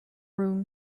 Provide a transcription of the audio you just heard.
room